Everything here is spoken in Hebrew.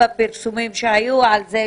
בפרסומים שהיו על זה,